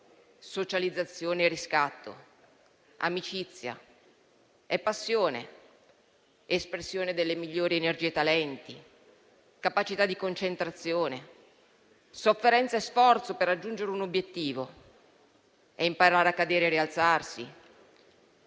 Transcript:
socializzazione e riscatto, amicizia, passione, espressione delle migliori energie e talenti, capacità di concentrazione, sofferenza e sforzo per raggiungere un obiettivo. È imparare a cadere e rialzarsi,